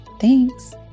Thanks